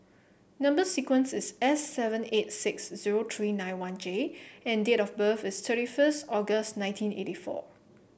number sequence is S seven eight six zero three nine one J and date of birth is thirty first August nineteen eighty four